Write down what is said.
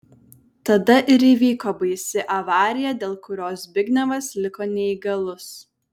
tada ir įvyko baisi avarija dėl kurios zbignevas liko neįgalus